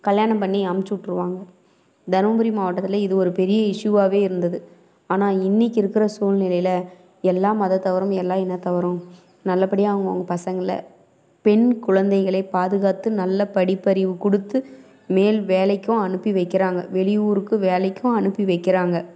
கல்யாணம் பண்ணி அனுப்ச்சுவிட்ருவாங்க தருமபுரி மாவட்டத்தில் இது ஒரு பெரிய இஸ்யூவாகவே இருந்தது ஆனால் இன்னைக்கி இருக்கிற சூழ்நிலையில் எல்லா மதத்தவரும் எல்லா இனத்தவரும் நல்ல படியாக அவங்கவங்க பசங்களை பெண் குழந்தைகளை பாதுகாத்து நல்ல படிப்பறிவு கொடுத்து மேல் வேலைக்கும் அனுப்பி வைக்கிறாங்க வெளி ஊருக்கு வேலைக்கும் அனுப்பி வைக்கிறாங்க